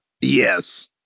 Yes